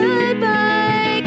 Goodbye